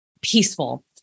peaceful